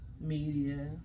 media